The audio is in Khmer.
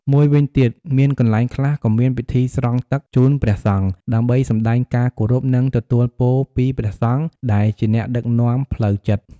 មួយវិញទៀត មានកន្លែងខ្លះក៏មានពិធីស្រង់ទឹកជូនព្រះសង្ឃ ដើម្បីសម្តែងការគោរព និងទទួលពរពីព្រះសង្ឃ ដែលជាអ្នកដឹកនាំផ្លូវចិត្ត។